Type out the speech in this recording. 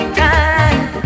time